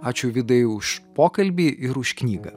ačiū vidai už pokalbį ir už knygą